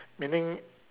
meaning